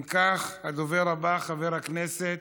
אם כך, הדובר הבא, חבר הכנסת